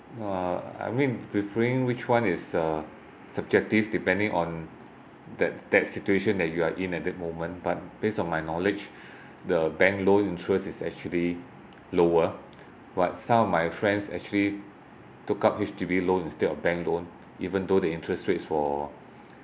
no uh I mean referring which one is uh subjective depending on that that situation that you are in at that moment but based on my knowledge the bank loan interest is actually lower but some of my friends actually took up H_D_B loan instead of bank loan even though the interest rates for